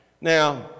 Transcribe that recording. Now